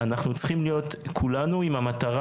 אני רוצה להגיד במשפט בסוגריים שהנושא